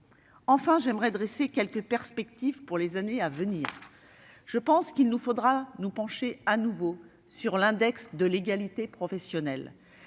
Enfin, j'aimerais dresser quelques perspectives pour les années à venir. Je pense qu'il nous faudra nous pencher à nouveau sur l'index de l'égalité professionnelle.